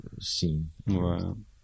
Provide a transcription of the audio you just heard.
scene